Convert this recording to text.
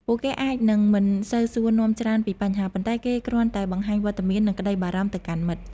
ពួកគេអាចនឹងមិនសូវសួរនាំច្រើនពីបញ្ហាទេ ប៉ុន្តែគេគ្រាន់តែបង្ហាញវត្តមាន និងក្ដីបារម្ភទៅកាន់មិត្ត។